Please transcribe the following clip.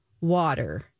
water